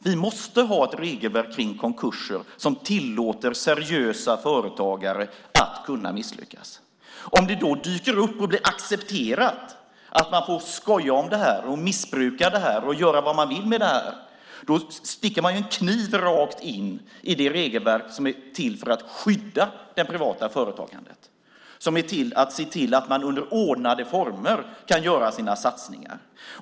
Vi måste ha ett regelverk kring konkurser som tillåter seriösa företagare att misslyckas. Om det då dyker upp och blir accepterat att man får skoja om det här, missbruka det här och göra vad man vill med det här sticker man en kniv rakt in i det regelverk som är till för att skydda det privata företagandet och som är till för att se till att man under ordnade former kan göra sina satsningar.